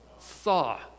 saw